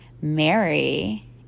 Mary